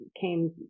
came